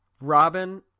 Robin